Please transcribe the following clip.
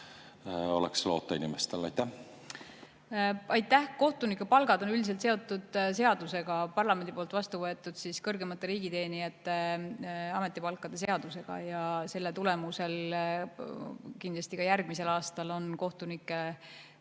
üldisele palgareformile? Aitäh! Kohtunike palgad on üldiselt seotud seadusega, parlamendis vastu võetud kõrgemate riigiteenijate ametipalkade seadusega. Selle tulemusel kindlasti ka järgmisel aastal kohtunike